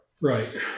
Right